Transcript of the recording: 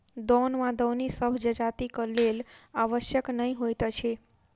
दौन वा दौनी सभ जजातिक लेल आवश्यक नै होइत अछि